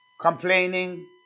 Complaining